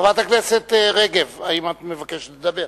חברת הכנסת רגב, האם את מבקשת לדבר?